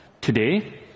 Today